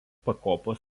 pakopos